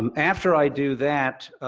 um after i do that,